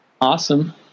Awesome